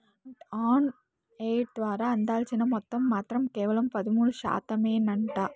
grant on aid ద్వారా అందాల్సిన మొత్తం మాత్రం కేవలం పదమూడు శాతమేనంట